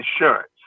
insurance